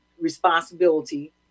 responsibility